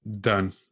done